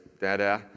dada